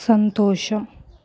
సంతోషం